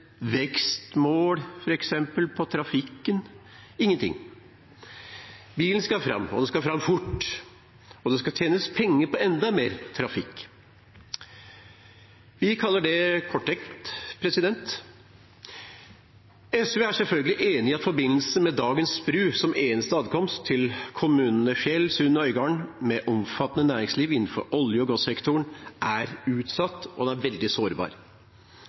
vekstmål – f.eks. for trafikken – ingenting. Bilen skal fram, og den skal fram fort. Og det skal tjenes penger på enda mer trafikk. Vi kaller det korttenkt. SV er selvfølgelig enig i at forbindelsen med dagens bru som eneste atkomst til kommunene Fjell, Sund og Øygarden – med omfattende næringsliv innenfor olje- og gassektoren – er utsatt, og den er veldig sårbar.